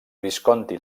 visconti